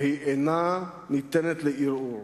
והיא אינה ניתנת לערעור.